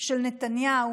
של נתניהו